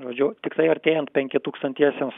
žodžiu tikrai artėjant penki tūkstantiesiems